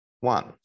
one